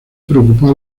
preocupó